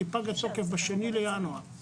כי פג התוקף ביום ה-2 לינואר 2022,